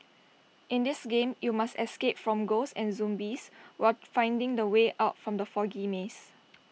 in this game you must escape from ghosts and zombies while finding the way out from the foggy maze